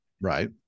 right